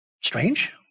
strange